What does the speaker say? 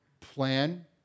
plan